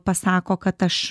pasako kad aš